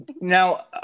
Now